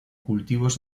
cultivos